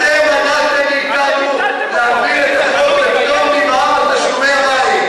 אתם מנעתם מאתנו להעביר את החוק לפטור ממע"מ בתשלומי המים.